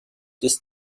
des